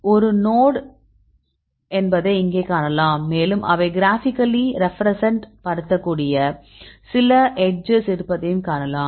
ஒரு நோட் என்பதை இங்கே காணலாம் மேலும் அவை கிராஃபிகல்லி ரெப்ரெசென்ட் படுத்தக்கூடிய சில எட்ஜஸ் இருப்பதையும் காணலாம்